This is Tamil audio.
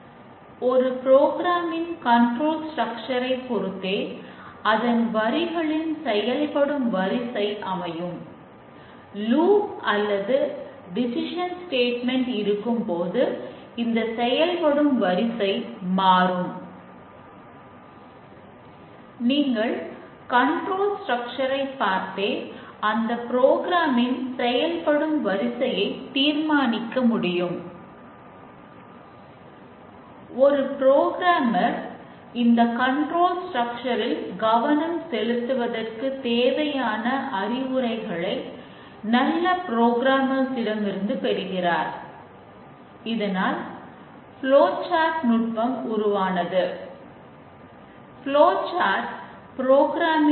அந்தக் கண்டுபிடித்த அனைத்து பிழைகள் மற்றும் அவற்றுடன் கூடிய மற்ற பிற பிழைகளும் கண்டுபிடிக்கப்பட்டு விட்டன என்று நீங்கள் கூறுவீர்கள் இதுவே டெஸ்டிங்கை நிறுத்துவதற்கான நேரம்